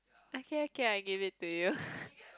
okay okay I give it to you